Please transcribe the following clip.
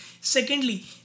Secondly